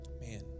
man